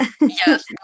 yes